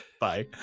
Bye